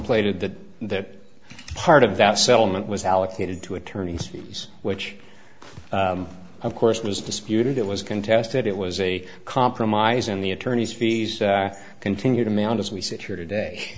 contemplated that that part of that settlement was allocated to attorneys fees which of course was disputed it was contested it was a compromise in the attorney's fees continue to mount as we sit here today